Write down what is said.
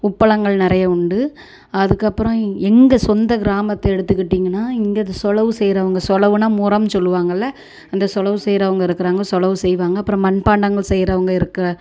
உப்பளங்கள் நிறைய உண்டு அதுக்கப்புறம் எங்கள் சொந்த கிராமத்தை எடுத்துக்கிட்டிங்கன்னா இங்கே அந்த சொளவு செய்யிறவங்க சொளவுன்னா முறம் சொல்லுவாங்கள் அந்த சொளவு செய்யிறவங்க இருக்கிறாங்க சொளவு செய்வாங்க அப்புறம் மண்பாண்டங்கள் செய்யிறவங்க இருக்க